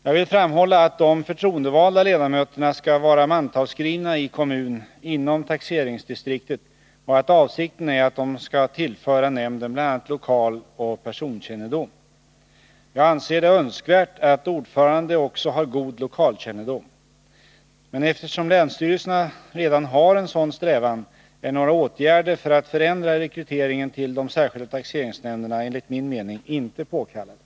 Jag vill framhålla att de förtroendevalda ledamöterna skall vara mantalsskrivna i kommun inom taxeringsdistriktet och att avsikten är att de skall tillföra nämnden bl.a. lokaloch personkännedom. Jag anser det önskvärt att ordförande också har god lokalkännedom. Men eftersom länsstyrelserna redan har en sådan strävan är några åtgärder för att förändra rekryteringen till de särskilda taxeringsnämnderna enligt min mening inte påkallade.